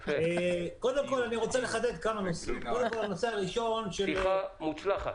ראשית, אני רוצה לתקן משהו נוראי